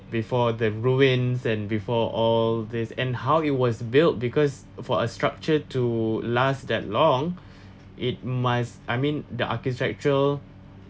before the ruins and before all this and how it was built because for a structure to last that long it must I mean the architecture